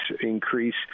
increase